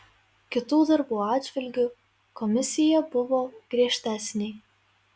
kitų darbų atžvilgiu komisija buvo griežtesnė